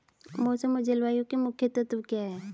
मौसम और जलवायु के मुख्य तत्व क्या हैं?